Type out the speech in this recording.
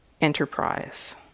enterprise